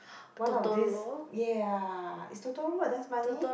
one of this ya ya is Totoro a dust bunny